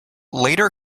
later